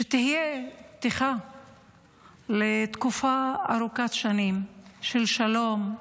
שתהיה פתיחה לתקופה ארוכת שנים של שלום,